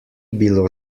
bilo